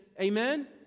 Amen